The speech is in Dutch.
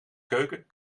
keuken